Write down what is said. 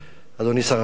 אדוני שר החוץ,